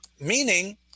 meaning